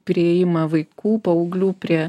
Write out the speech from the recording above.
priėjimą vaikų paauglių prie